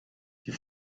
die